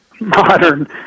modern